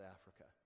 Africa